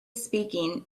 speaking